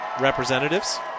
representatives